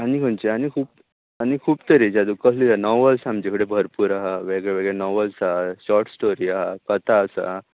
आनी खंयची आनी खूब आनी खूब तरेची आसा तुका कसले जाय नोवेल्स आमचे कडेन भरपूर आसा वेगळेवेगळे नोवेल्स आसा शोट स्टोरी आसा कथा आसा